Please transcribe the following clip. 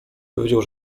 powiedział